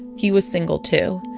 he was single too.